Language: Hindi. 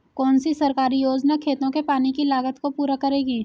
कौन सी सरकारी योजना खेतों के पानी की लागत को पूरा करेगी?